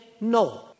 no